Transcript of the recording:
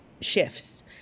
shifts